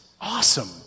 awesome